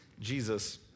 Jesus